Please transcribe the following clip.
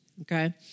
Okay